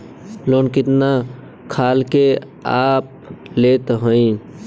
Loan कितना खाल के आप लेत हईन?